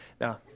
Now